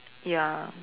ya